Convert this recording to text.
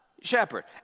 shepherd